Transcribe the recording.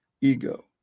ego